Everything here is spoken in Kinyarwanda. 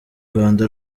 rwanda